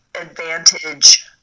advantage